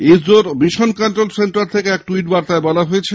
ইসরোর mission control centre থেকে এক টুইট বার্তায় বলা হয়েছে